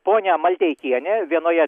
ponia maldeikienė vienoje